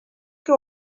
que